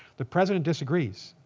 the president disagrees.